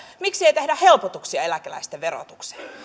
miksi ei tehdä helpotuksia eläkeläisten verotukseen